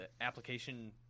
application